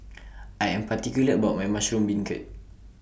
I Am particular about My Mushroom Beancurd